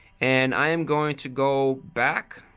and i am going to go back.